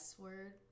word